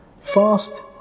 Fast